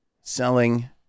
selling